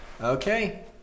Okay